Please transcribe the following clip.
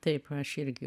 taip aš irgi